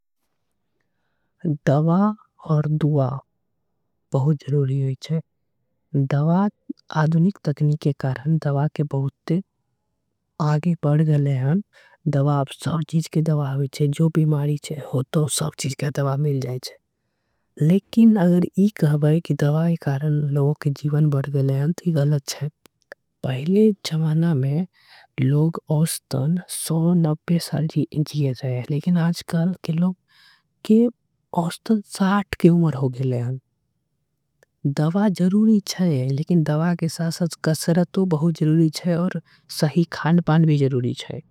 दवा और दूआ बहुत ज़रूरी होईच्छे दवा आदुनिक तकनी। के कारण दवा के बहुत आगे बढ़ गळे हैं दवा आप सब। चीज़ के दवा होईच्छे जो बिमारी चे होतो सब चीज़ के दवा। मिल जाएच्छे लेकिन अगर इक होई के दवा के कारण। लोगों के जीवन बढ़ गळे हैं तो यह गलत है पहले जमाना। में लोग ओस्तन सौन नप्पे साल जी जिये थे लेकिन। आजकल के लोग के ओस्तन साथ के उमर हो गळे। हैं दवा ज़रूरी छे लेकिन दवा के साथ सच गसरतो। बहुत जरूरी छे और सही खानपान भी जरूरी छे।